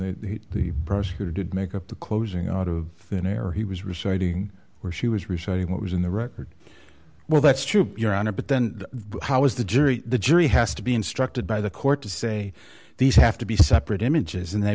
mean the prosecutor did make up the closing out of thin air he was reciting where she was reciting what was in the record well that's true your honor but then how is the jury the jury has to be instructed by the court to say these have to be separate images and they